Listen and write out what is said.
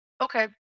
Okay